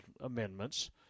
amendments